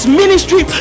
ministry